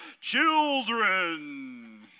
Children